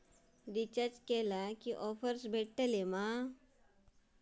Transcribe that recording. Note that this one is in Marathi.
रिचार्ज केला की ऑफर्स भेटात मा?